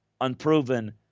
unproven